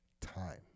time